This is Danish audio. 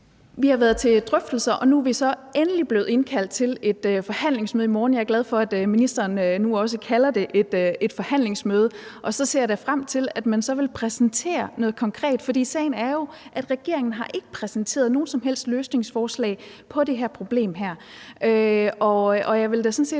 Vi har været til drøftelser, og nu er vi så endelig blevet indkaldt til et forhandlingsmøde i morgen – jeg er glad for, at ministeren nu også kalder det et forhandlingsmøde – og så ser jeg da frem til, at man så vil præsentere noget konkret. For sagen er jo, at regeringen ikke har præsenteret nogen som helst løsningsforslag i forhold til det her problem, og jeg vil da sådan set